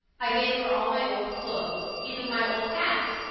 i gave her all my old clothes, even my old hats,